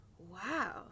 Wow